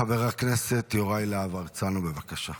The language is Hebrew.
חבר הכנסת יוראי להב הרצנו, בבקשה.